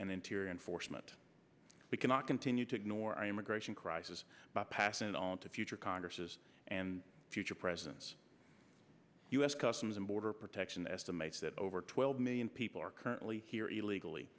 and interior enforcement we cannot continue to ignore our immigration crisis by passing it on to future congresses and future presidents u s customs and border protection estimates that over twelve million people are currently here illegally